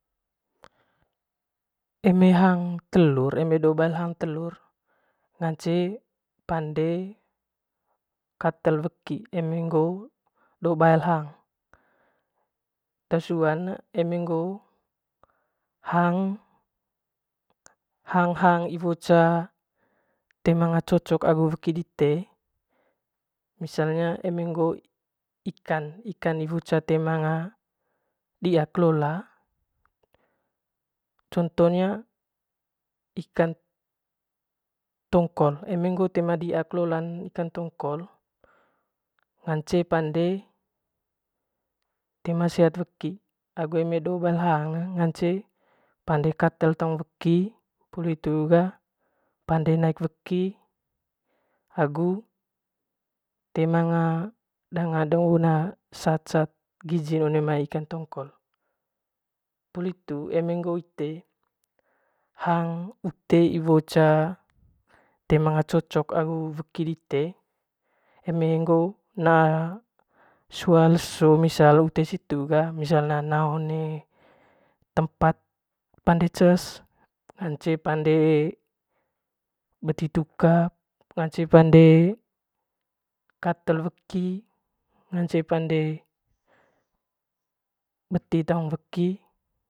Eme hang telu eme do bail hang telur ngace katel weki eme ngoo do bail hang te suan eme ngoo hang, hang hang iwo te toe ma cocok agu weki dite misalnya eme ngoo toe ma dia kelolan ikan tonngkol ngance pande tem sehat weki dan eme do bail hangn pande katel taung weki pande naik weki gu toe manga don sat- sat giji one mai ikan tonngkol eme ngoo ite hang ute iwo toe ma cocok agu weki dite eme ngoo naa sua leso misaln ute situ ga misaln naa one tempat pande cess ngance pande beti tuka ngance pande beti taung weki.